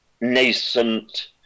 nascent